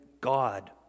God